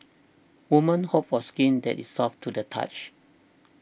women hope for skin that is soft to the touch